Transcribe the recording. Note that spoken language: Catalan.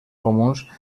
comuns